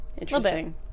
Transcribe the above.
Interesting